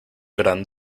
gran